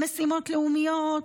משימות לאומיות,